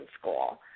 school